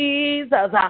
Jesus